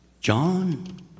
John